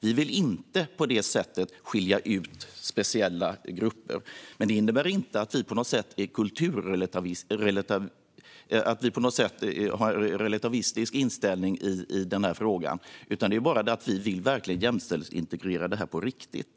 Vi vill inte på det här sättet skilja ut speciella grupper. Det innebär inte att vi på något sätt har en relativistisk inställning i frågan, utan det är bara det att vi verkligen vill jämställdhetsintegrera det här på riktigt.